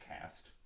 cast